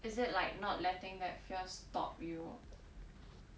is it like not letting that fear stop you